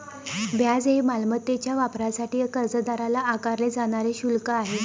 व्याज हे मालमत्तेच्या वापरासाठी कर्जदाराला आकारले जाणारे शुल्क आहे